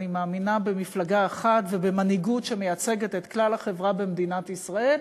אני מאמינה במפלגה אחת ובמנהיגות שמייצגת את כלל החברה במדינת ישראל,